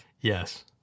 Yes